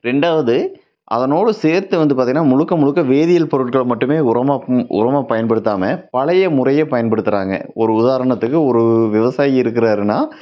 ரெண்டாவது அதனோடு சேர்த்து வந்து பார்த்தீங்கனா முழுக்க முழுக்க வேதியியல் பொருட்களை மட்டுமே உரமாக உரமாக பயன்படுத்தாமல் பழைய முறையை பயன்படுத்துகிறாங்க ஒரு உதாரணத்துக்கு ஒரு விவசாயி இருக்கிறாருனா